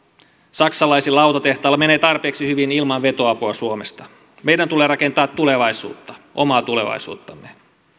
saksalaisilla autotehtailla menee tarpeeksi hyvin ilman vetoapua suomesta meidän tulee rakentaa tulevaisuutta omaa tulevaisuuttamme